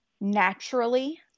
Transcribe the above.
naturally